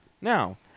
Now